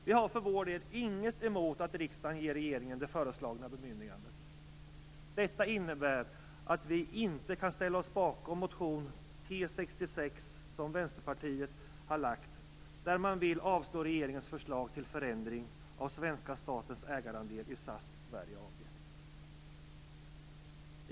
Vi har för vår del inget emot att riksdagen ger regeringen det föreslagna bemyndigandet. Detta innebär att vi inte kan ställa oss bakom motion T66 som Vänsterpartiet har väckt och där man vill avslå regeringens förslag till förändring av svenska statens ägarandel i SAS Sverige AB.